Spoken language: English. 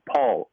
Paul